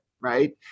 right